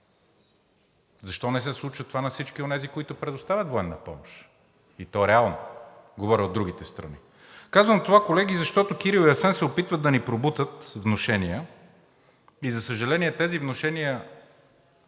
защо не се случва това на всички онези, които предоставят военна помощ, и то реално!? Говоря от другите страни. Казвам това, колеги, защото Кирил и Асен се опитват да ни пробутат внушения и за съжаление, тези внушения